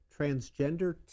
Transgender